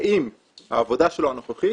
האם העבודה שלו הנוכחית